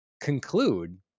conclude